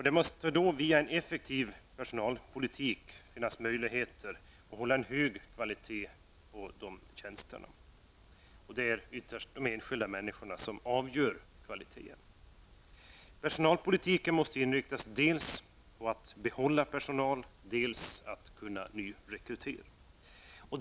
Det måste då via en effektiv personalpolitik finnas möjligheter att hålla en hög kvalitet på de tjänsterna. Det är ytterst de enskilda människorna som avgör kvaliteten. Personalpolitiken måste inriktas dels på att behålla personal, dels på att kunna nyrekrytera.